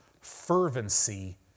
fervency